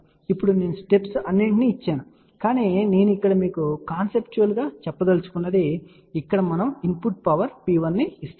ఇప్పుడు నేను స్టెప్స్ అన్నింటినీ ఇచ్చాను కాని నేను ఇక్కడ మీకు కాన్సెప్టువల్ గా చెప్పదలచుకున్నది ఇక్కడ మనం ఇన్పుట్ పవర్ P1 ను ఇస్తున్నాము